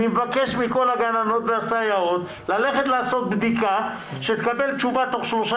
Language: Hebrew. אני מבקש מכל הגננות והסייעות ללכת לעשות בדיקה שתקבל תשובה תוך שלושה